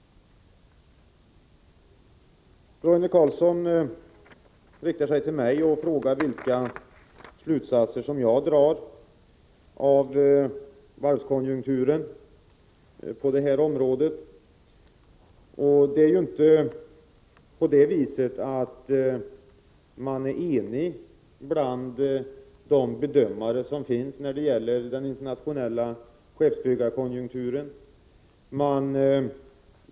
Roine Carlsson riktade sig till mig och frågade vilka slutsatser jag drar när det gäller varvskonjunkturen. Det är ju inte på det viset att de olika bedömare som finns är eniga om den internationella skeppsbyggarkonjunkturen.